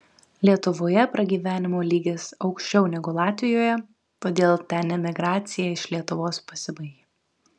lietuvoje pragyvenimo lygis aukščiau negu latvijoje todėl ten emigracija iš lietuvos pasibaigė